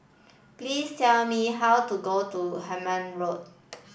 please tell me how to go to Hemmant Road